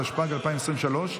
התשפ"ג 2023,